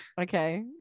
okay